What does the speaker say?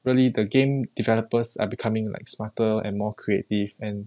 really the game developers are becoming like smarter and more creative and